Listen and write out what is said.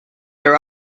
are